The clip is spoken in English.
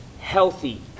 Healthy